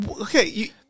Okay